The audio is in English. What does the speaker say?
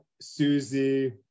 Susie